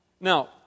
Now